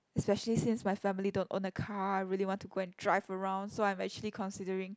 especially since my family don't own a car I really want to go and drive around so I'm actually considering